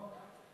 לגמרי.